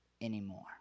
anymore